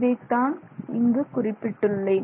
இதைத்தான் இங்கு குறிப்பிட்டுள்ளேன்